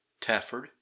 Tafford